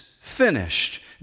finished